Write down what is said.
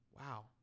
Wow